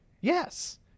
Yes